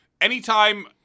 anytime